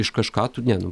iš kažką tu ne nu